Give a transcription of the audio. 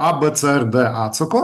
a b c ar d atsako